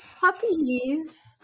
Puppies